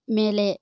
மேலே